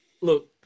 Look